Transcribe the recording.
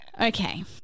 Okay